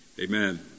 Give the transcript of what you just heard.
Amen